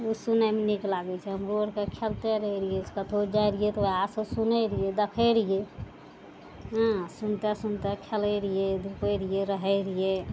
ओ सुनयमे नीक लागय छै हमरो अरके खेलते रहय रहियै कतहु जाइ रहियै तऽ वएह सब सुनय रहियै देखय रहियै सुनते सुनते खेलय रहियै धुपय रहियइ रहय रहियइ